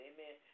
Amen